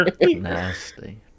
Nasty